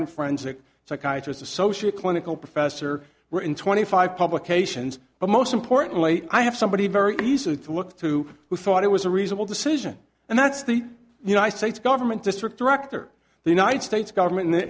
certified forensic psychiatrist associate clinical professor we're in twenty five publications but most importantly i have somebody very easily to look to who thought it was a reasonable decision and that's the united states government district director the united states government